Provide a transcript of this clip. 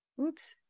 Oops